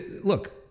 Look